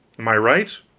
am i right?